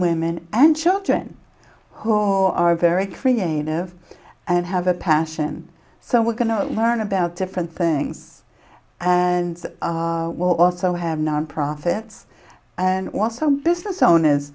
women and children who are very creative and have a passion so we're going to learn about different things and we'll also have nonprofits and also business owners